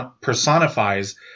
personifies